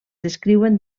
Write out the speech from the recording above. descriuen